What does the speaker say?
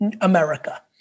America